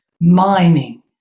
mining